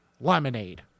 lemonade